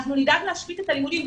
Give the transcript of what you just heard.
נדאג להשבית את הלימודים,